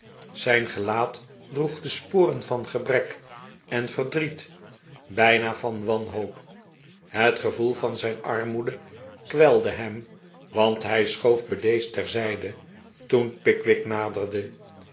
zijn gelaat droeg de sporen van gebrek en verdriet bijna van wanhoop het gevoel van zijn armoede kwelde hem want hij schoof bedeesd ter zijde toen pickwick naderde